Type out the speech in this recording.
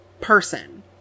person